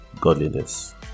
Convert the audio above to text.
godliness